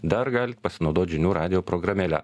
dar galit pasinaudot žinių radijo programėle